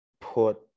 put